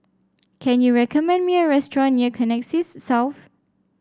can you recommend me a restaurant near Connexis South